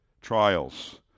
trials